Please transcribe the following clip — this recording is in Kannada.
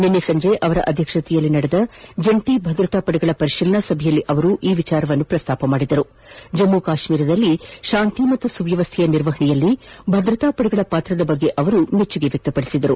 ನಿನ್ನೆ ಸಂಜೆ ಅವರ ಅಧ್ಯಕ್ಷತೆಯಲ್ಲಿ ನಡೆದ ಜಂಟಿ ಭದ್ರತಾ ಪಡೆಗಳ ಪರಿಶೀಲನಾ ಸಭೆಯಲ್ಲಿ ಅವರು ಈ ವಿಚಾರವನ್ನು ಪ್ರಸ್ತಾಪಿಸಿದ್ದು ಜಮ್ಮು ಕಾಶ್ಮೀರದಲ್ಲಿ ಶಾಂತಿ ಮತ್ತು ಸುವ್ಯವಸ್ಥೆಯ ನಿರ್ವಹಣೆಯಲ್ಲಿ ಭದ್ರತಾ ಪದೆಗಳ ಪಾತ್ರದ ಬಗ್ಗೆ ಮೆಚ್ಚುಗೆ ವ್ಯಕ್ತಪದಿಸಿದರು